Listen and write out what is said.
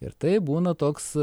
ir tai būna toks